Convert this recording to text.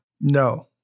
No